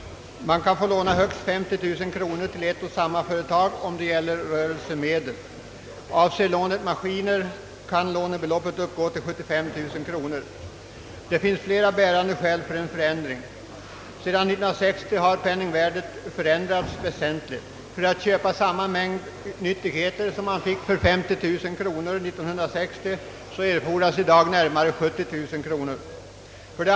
Man kan få låna högst 50 000 kronor till ett och samma företag, om det gäller rörelsemedel. Avser lånet maskiner, kan lånebeloppet uppgå till 75 000 kronor. Det finns flera bärande skäl för en förändring nu. Sedan 1960 har penningvärdet förändrats väsentligt. För att köpa samma mängd nyttigheter som man fick för 50 000 kronor år 1960 erfordras i dag omkring 70000 kronor.